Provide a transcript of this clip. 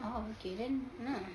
oh okay then